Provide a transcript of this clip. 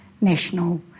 national